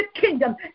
kingdom